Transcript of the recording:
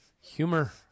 Humor